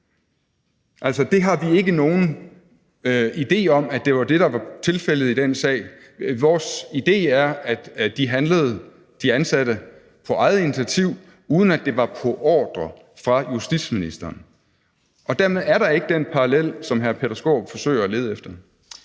Altså, det har vi ikke nogen idé om var det, der var tilfældet i den sag. Vores idé er, at de ansatte handlede på eget initiativ, uden at det var på ordre fra justitsministeren, og dermed er der ikke den parallel, som hr. Peter Skaarup forsøger at lede efter.